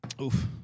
Oof